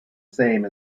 same